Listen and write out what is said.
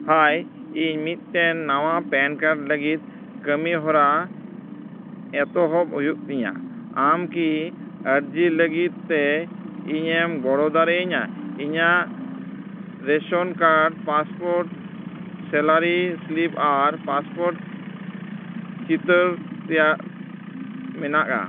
ᱦᱟᱭ ᱤᱧ ᱢᱤᱫᱴᱮᱱ ᱱᱟᱣᱟ ᱯᱮᱱ ᱠᱟᱨᱰ ᱞᱟᱹᱜᱤᱫ ᱠᱟᱹᱢᱤᱦᱚᱨᱟ ᱮᱛᱚᱦᱚᱵ ᱦᱩᱭᱩᱜ ᱛᱤᱧᱟᱹ ᱟᱢᱠᱤ ᱟᱨᱡᱤ ᱞᱟᱹᱜᱤᱫ ᱛᱮ ᱤᱧᱮᱢ ᱜᱚᱲᱚ ᱫᱟᱲᱮᱭᱟᱹᱧᱟᱹ ᱤᱧᱟᱹᱜ ration card passport salary slip ᱟᱨ ᱯᱟᱥᱯᱳᱨᱴ ᱪᱤᱛᱟᱹᱨ ᱛᱮᱭᱟᱨ ᱢᱮᱱᱟᱜᱼᱟ